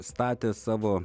statė savo